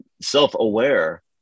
self-aware